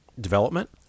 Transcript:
development